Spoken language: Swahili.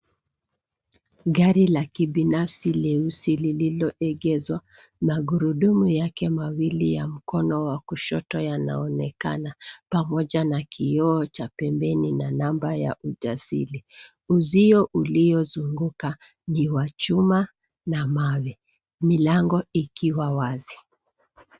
Gari la kibinafsi leusi lililoegeshwa. Magurudumu yake mawili ya mkono wa kushoto yanaonekana pamoja na kioo cha pembeni na namba ya usajili. Uzio uliozugunguka ni wa chuma na mawe. Milango ikiwa wazi.